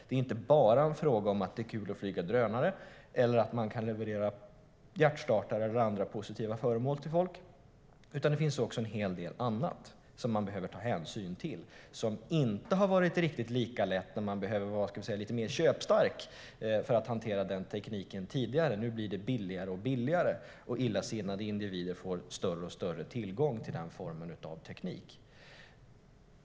Det är inte bara en fråga om att det är kul att flyga drönare eller att man kan leverera hjärtstartare eller andra positiva föremål till folk med drönare, utan det finns också en hel del annat som man behöver ta hänsyn till och som inte har varit lika lätt att göra tidigare när man har behövt vara mer köpstark för att hantera tekniken. Nu blir det billigare och billigare, och illasinnade individer får större tillgång till denna typ av teknik.